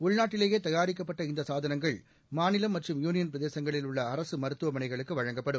உள்நாட்டிலேயே தயாரிக்கப்பட்ட இந்த சாதனங்கள் மாநிலம் மற்றும் யூனியன் பிரதேசங்களில் உள்ள அரசு மருத்துவமனைகளுக்கு வழங்கப்படும்